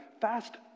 Fast